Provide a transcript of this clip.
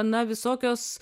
na visokios